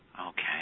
Okay